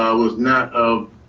um was not um